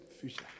future